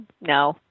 no